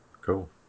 Cool